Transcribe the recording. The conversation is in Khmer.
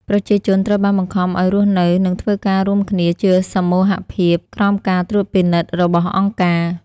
ប្រជាជនត្រូវបានបង្ខំឱ្យរស់នៅ និងធ្វើការរួមគ្នាជាសមូហភាពក្រោមការត្រួតពិនិត្យរបស់ "អង្គការ"។